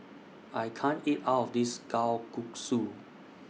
I can't eat All of This Kalguksu